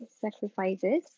sacrifices